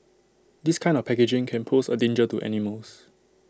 this kind of packaging can pose A danger to animals